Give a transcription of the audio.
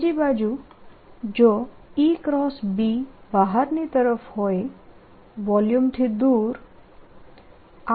બીજી બાજુ જો EB બહારની તરફ હોય વોલ્યુમથી દૂર આ